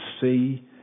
see